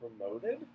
promoted